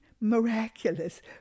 miraculous